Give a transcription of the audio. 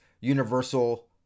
universal